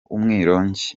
umwirongi